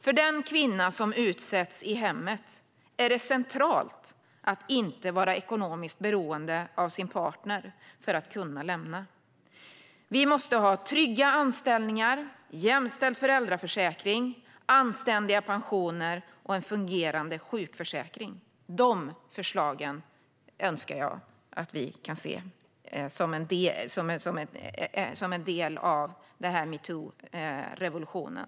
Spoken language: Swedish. För den kvinna som utsätts i hemmet är det centralt att inte vara ekonomiskt beroende av sin partner för att kunna lämna. Vi måste ha trygga anställningar, jämställd föräldraförsäkring, anständiga pensioner och en fungerande sjukförsäkring. De förslagen önskar jag att vi kunde se som en nödvändig del av metoo-revolutionen.